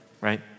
right